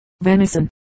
venison